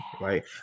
right